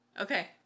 okay